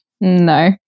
no